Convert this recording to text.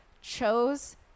chose